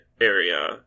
area